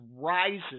rises